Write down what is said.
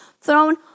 thrown